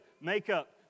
makeup